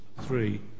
three